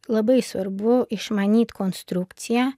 labai svarbu išmanyt konstrukciją